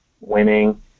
winning